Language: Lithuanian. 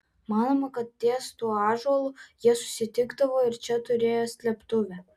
manoma kad ties tuo ąžuolu jie susitikdavo čia turėjo slėptuvę